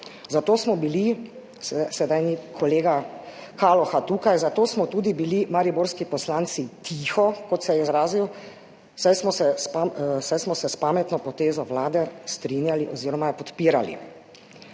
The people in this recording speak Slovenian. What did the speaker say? Zato smo bili, sedaj ni kolega Kaloha tukaj, mariborski poslanci tiho, kot se je izrazil, saj smo se s pametno potezo Vlade strinjali oziroma jo podpirali.